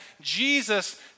Jesus